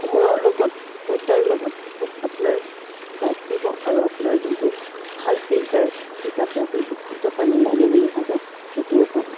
সময়ৰ লগত পইচাৰ লগত সব আপোনাৰ বাচিব আৰু আপোনাৰ যোনটো ভাল ফিল্টাৰ হিচাপে আপুনি বিশুদ্ধ পানী লাগে বুলি ভাবে সেইটোও পাব